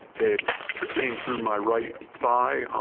it came through my right thigh,